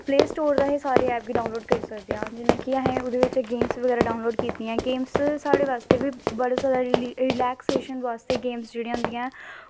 play store दा अस सारे ऐप्स गी डाउनलोड़ करी सकदे आं जि'यां कि ओह्दे बिच्च असें गेम्स बगैरा डाउनलोड़ कीतियां साढ़े बास्तै बी बड़ी सारियां रिलैक्स बास्तै गेम्स बगैरा जेह्ड़ियां होंदियां न